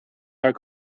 are